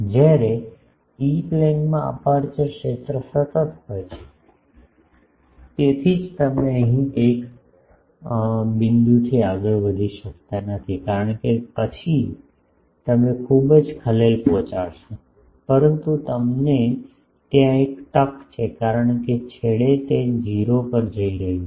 જ્યારે ઇ પ્લેનમાં અપેરચ્યોર ક્ષેત્ર સતત હોય છે તેથી જ તમે અહીં એક બિંદુથી આગળ વધી શકતા નથી કારણ કે પછી તમે ખૂબ જ ખલેલ પહોંચાડશો પરંતુ તમને ત્યાં એક તક છે કારણ કે છેડે તે 0 પર જઇ રહ્યું છે